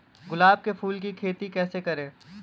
गुलाब के फूल की खेती कैसे करें?